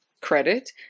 credit